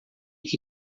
que